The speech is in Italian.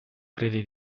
credi